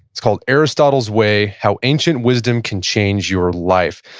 it's called aristotle's way, how ancient wisdom can change your life.